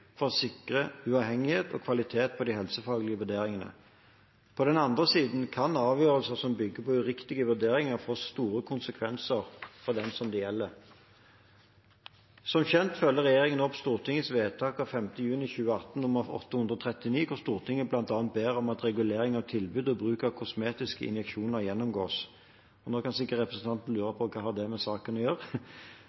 for å sikre uavhengighet og kvalitet på de helsefaglige vurderingene. På den annen side kan avgjørelser som bygger på uriktige vurderinger, få store konsekvenser for den det gjelder. Som kjent følger regjeringen nå opp Stortingets vedtak nr. 839 av 5. juni 2018, hvor Stortinget bl.a. ber om at reguleringen av tilbud og bruk av kosmetiske injeksjoner gjennomgås. Nå lurer sikkert representanten